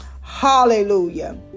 Hallelujah